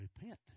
repent